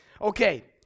Okay